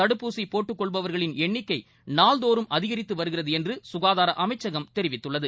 தடுப்பூசி போட்டுக் கொள்பவர்களின் எண்ணிக்கை நாள்தோறும் அதிகரித்து வருகிறது என்று சுகாதார அமைச்சகம் தெரிவித்துள்ளது